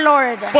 Lord